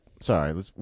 sorry